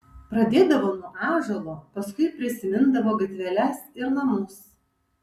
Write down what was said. pradėdavo nuo ąžuolo paskui prisimindavo gatveles ir namus